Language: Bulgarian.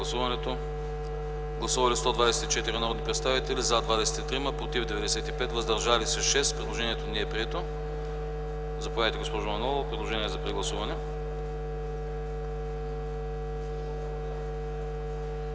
Предложението не е прието.